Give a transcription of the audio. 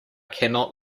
cannot